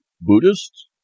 Buddhists